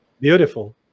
Beautiful